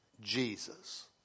Jesus